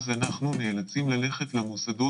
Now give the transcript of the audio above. אז אנחנו נאלצים ללכת למוסדות.